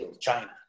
China